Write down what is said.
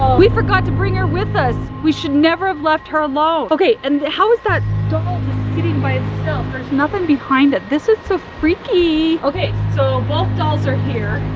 we forgot to bring her with us. we should never have left her alone. okay, and how is that doll just sitting by itself? there's nothing behind it. this is so freaky. okay, so both dolls are here.